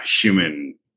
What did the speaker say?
human